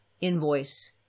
invoice